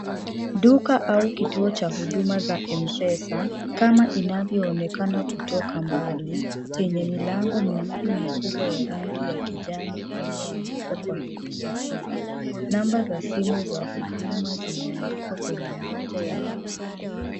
Duka au kituo cha huduma za Mpesa. Kama inavyoonekana kutoka mbali yenye milango miwili mikubwa ya rangi ya kijani iliyoandikwa kwa herufi kubwa. Namba za simu za huduma zimeandikwa kwenye moja ya milango.